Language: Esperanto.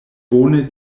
bone